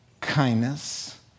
kindness